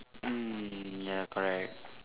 mm ya correct